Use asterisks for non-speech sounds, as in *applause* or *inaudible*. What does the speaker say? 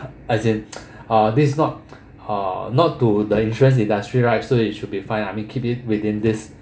as in *noise* uh this is not uh not to the insurance industry right so it should be fine I mean keep it within this